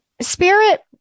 Spirit